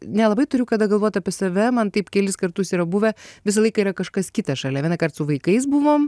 nelabai turiu kada galvot apie save man taip kelis kartus yra buvę visą laiką yra kažkas kitas šalia vienąkart su vaikais buvom